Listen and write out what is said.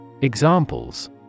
Examples